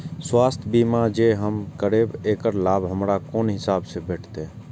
स्वास्थ्य बीमा जे हम करेब ऐकर लाभ हमरा कोन हिसाब से भेटतै?